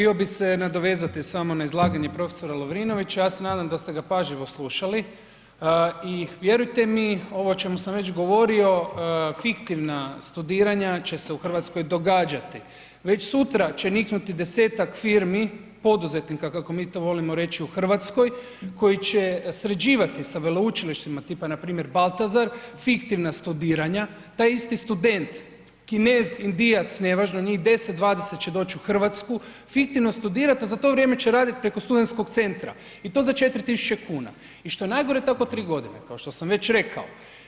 Htio bi se nadovezati samo na izlaganje prof. Lovrinovića, ja se nadam da ste ga pažljivo slušali i vjerujte mi ovo o čemu sam već govorio, fiktivna studiranja će se u RH događati, već sutra će niknuti 10-tak firmi poduzetnika kako mi to volimo reći u RH koji će sređivati sa veleučilištima tipa npr. Baltazar fiktivna studiranja, taj isti student Kinez, Indijac, nevažno, njih 10-20 će doć u RH fiktivno studirat, a za to vrijeme će radit preko studentskog centra i to za 4.000,00 kn i što je najgore tako 3.g. kao što sam već rekao.